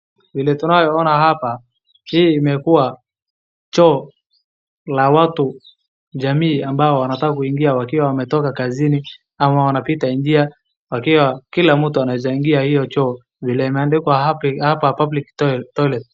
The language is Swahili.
Vile tunaye ona hapa hii imekua choo la watu jamii ambao wanataka kuingia wakiwa wametoka kazini ama wanapiata njia wakiwa kila mtu anaeza ingia hiyo choo vile imeandikwa hapo public toilet .